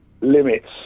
Limits